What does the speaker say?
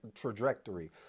trajectory